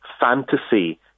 fantasy